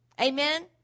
Amen